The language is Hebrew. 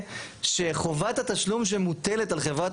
היא גרועה יותר במובן הזה שחובת התשלום שמוטלת על חברת